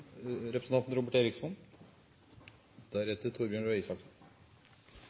Representanten Torbjørn Røe Isaksen